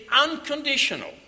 unconditional